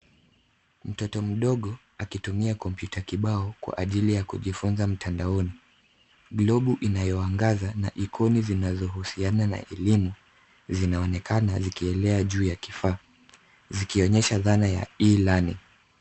Mtoto mdogo akitumia kompyuta kibao kwa ajili ya kujifunza mtandaoni. Globu inayoanganza na ikoni zinazohusiana na elimu zinaonekana zikielea juu ya kifaa, zikionyesha zana ya e-learning .